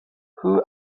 who